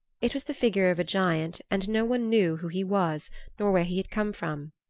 it was the figure of a giant and no one knew who he was nor where he had come from.